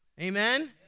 Amen